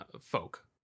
folk